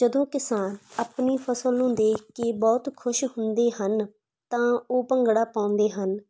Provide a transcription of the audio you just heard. ਜਦੋਂ ਕਿਸਾਨ ਆਪਣੀ ਫ਼ਸਲ ਨੂੰ ਦੇਖ ਕੇ ਬਹੁਤ ਖੁਸ਼ ਹੁੰਦੇ ਹਨ ਤਾਂ ਉਹ ਭੰਗੜਾ ਪਾਉਂਦੇ ਹਨ